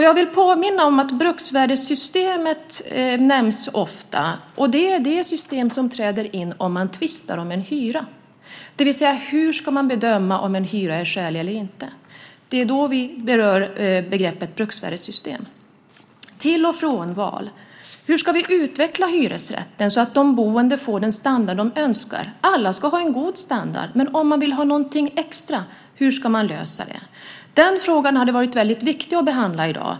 Jag vill påminna om att bruksvärdessystemet nämns ofta. Det är det system som träder in om man tvistar om en hyra. Hur ska man bedöma om en hyra är skälig eller inte? Det är då vi berör begreppet bruksvärdessystem. Tillval och frånval: Hur ska vi utveckla hyresrätten så att de boende får den standard de önskar? Alla ska ha en god standard, men hur ska man lösa det om man vill ha någonting extra? Frågan vad gäller tillval och frånval hade varit väldigt viktig att behandla i dag.